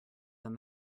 than